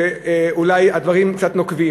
אולי הדברים קצת נוקבים.